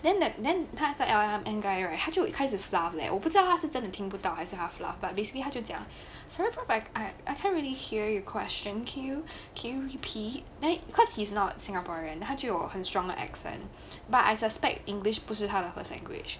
then that then 他他 l m m guy right 他就一开始 fluff leh 我不知道是真的听不到还是他 fluff lah but basically 他就讲 sorry prof I I cant really hear your question can you can you repeat then because hes not singaporean 他就很 strong 的 accent but I suspect english 不是他的 first lauguage